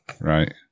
Right